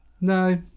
No